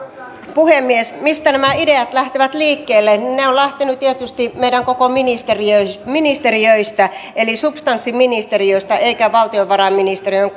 puhemies mistä nämä ideat lähtivät liikkeelle ne ovat lähteneet tietysti meidän koko ministeriöistämme eli substanssiministeriöistämme eivätkä valtiovarainministeriön